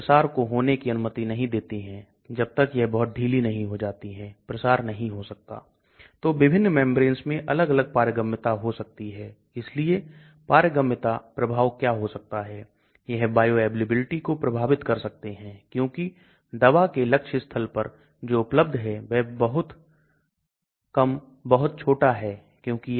तो LogP गैर आयनिक रूप है जबकि LogD अनेक रूप है और सामान्यता केवल जल में हम आयनिक और गैर आयनिक प्राप्त कर सकते हैं जबकि यदि हम क्लोरोफॉर्म जैसा कोई विलायक लेते हैं तो आपको आयनिक रूप नहीं मिलेगा